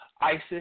Isis